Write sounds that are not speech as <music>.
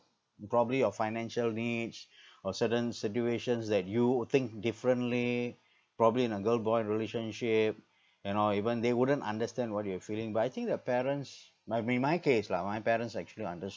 probably your financial needs <breath> or certain situations that you would think differently probably in a girl boy relationship <breath> and all even they wouldn't understand what you are feeling but I think the parents my mean my case lah my parents actually understood